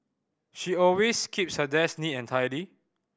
she always keeps her desk neat and tidy